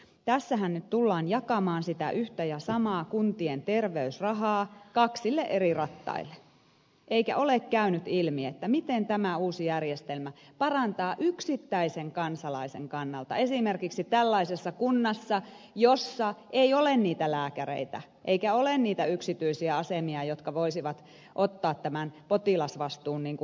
tässähän nyt tullaan jakamaan sitä yhtä ja samaa kuntien terveysrahaa kaksille eri rattaille eikä ole käynyt ilmi miten tämä uusi järjestelmä parantaa tilannetta yksittäisen kansalaisen kannalta esimerkiksi tällaisessa kunnassa jossa ei ole niitä lääkäreitä eikä niitä yksityisiä asemia jotka voisivat ottaa tämän potilasvastuun hoidettavakseen